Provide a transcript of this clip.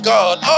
God